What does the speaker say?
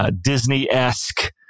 Disney-esque